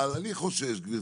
אבל אני חושש, גברתי,